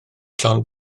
llond